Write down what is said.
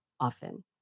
often